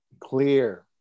Clear